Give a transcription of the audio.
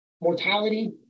Mortality